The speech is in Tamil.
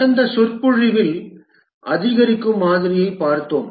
கடந்த சொற்பொழிவில் அதிகரிக்கும் மாதிரியைப் பார்த்தோம்